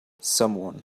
someone